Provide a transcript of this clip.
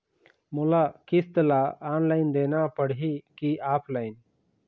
मोला किस्त ला ऑनलाइन देना पड़ही की ऑफलाइन?